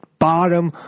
bottom